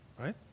right